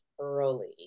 early